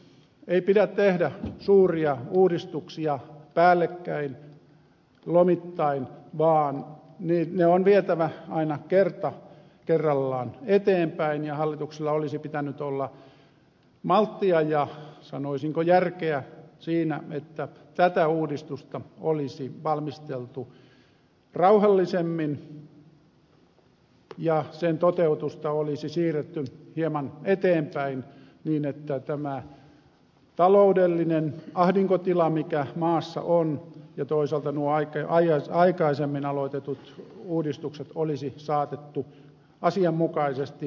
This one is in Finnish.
ei pidä tehdä suuria uudistuksia päällekkäin lomittain vaan ne on vietävä aina kerta kerrallaan eteenpäin ja hallituksella olisi pitänyt olla malttia ja sanoisinko järkeä siinä että tätä uudistusta olisi valmisteltu rauhallisemmin ja sen toteutusta olisi siirretty hieman eteenpäin niin että tämä taloudellinen ahdinkotila mikä maassa on ja toisaalta nuo aikaisemmin aloitetut uudistukset olisi saatettu asianmukaisesti loppuun